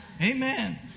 Amen